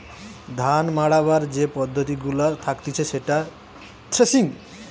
ধান মাড়াবার যে পদ্ধতি গুলা থাকতিছে সেটা থ্রেসিং